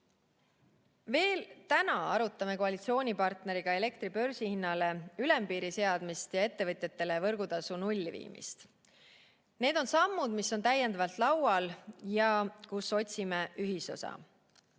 Veel täna arutame koalitsioonipartneriga elektribörsihinnale ülempiiri seadmist ja ettevõtjatele võrgutasu nulli viimist. Need on sammud, mis on täiendavalt laual ja kus otsime ühisosa.